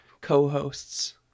co-hosts